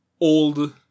old